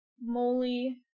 moly